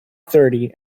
thirty